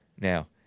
now